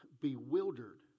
bewildered